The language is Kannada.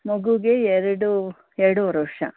ಮಗುಗೆ ಎರಡು ಎರಡುವರೆ ವರ್ಷ